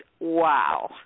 Wow